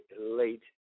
late